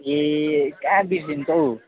ए कहाँ बिर्सन्छौ